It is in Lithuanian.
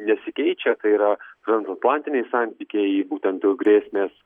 nesikeičia tai yra transatlantiniai santykiai būtent grėsmės